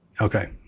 Okay